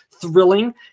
thrilling